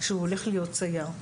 שהוא הולך להיות צייר,